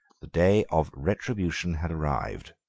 the day of retribution had arrived.